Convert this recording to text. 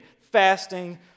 fasting